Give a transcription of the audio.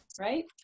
right